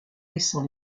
laissant